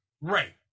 Right